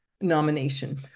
nomination